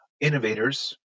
innovators